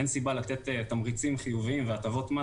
אין סיבה לתת תמריצים חיוביים והטבות מס